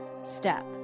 step